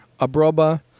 Abroba